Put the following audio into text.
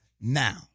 Now